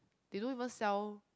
they don't even sell